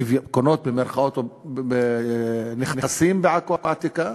ש"קונות" נכסים בעכו העתיקה.